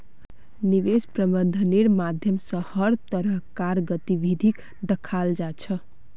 निवेश प्रबन्धनेर माध्यम स हर तरह कार गतिविधिक दखाल जा छ